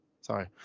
sorry